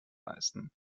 leisten